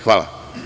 Hvala.